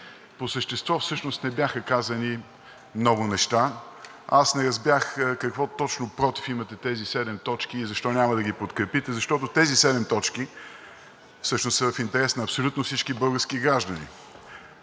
По същество всъщност не бяха казани много неща. Аз не разбрах какво точно против имате тези седем точки и защо няма да ги подкрепите, защото тези седем точки всъщност са в интерес на всички български граждани?